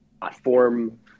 Platform